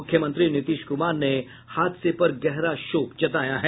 मुख्यमंत्री नीतीश कुमार ने हादसे पर गहरा शोक जताया है